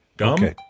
Gum